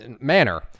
manner